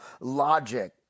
logic